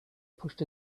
pushed